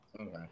Okay